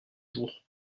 jours